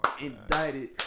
indicted